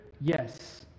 yes